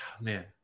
man